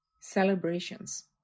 celebrations